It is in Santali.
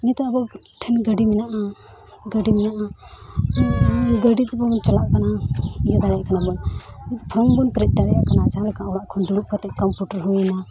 ᱱᱤᱛᱚᱜ ᱟᱵᱚᱴᱷᱮᱱ ᱜᱟᱹᱰᱤ ᱢᱮᱱᱟᱜᱼᱟ ᱜᱟᱹᱰᱤ ᱢᱮᱱᱟᱜᱼᱟ ᱜᱟᱹᱰᱤᱛᱮᱵᱚᱱ ᱪᱟᱞᱟᱜ ᱠᱟᱱᱟ ᱤᱭᱟᱹ ᱫᱟᱲᱮᱭᱟᱜ ᱠᱟᱱᱟᱵᱚᱱ ᱯᱷᱚᱨᱢ ᱵᱚᱱ ᱯᱮᱨᱮᱡ ᱫᱟᱲᱮᱭᱟᱜ ᱠᱟᱱᱟ ᱡᱟᱦᱟᱸᱞᱮᱠᱟ ᱚᱲᱟᱜ ᱠᱷᱚᱱ ᱫᱩᱲᱩᱵ ᱠᱟᱛᱮᱫ ᱠᱚᱢᱯᱤᱭᱩᱴᱟᱨ ᱦᱩᱭᱱᱟ